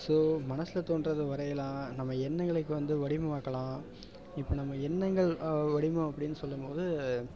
so மனசில் தோன்றதை வரையலாம் நம்ம எண்ணங்களுக்கு வந்து வடிவமாக்கலாம் இப்போ நம்ம எண்ணங்கள் அ வடிவம் அப்படின்னு சொல்லும் போது